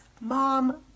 mom